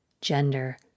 gender